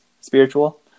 spiritual